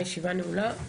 הישיבה נעולה.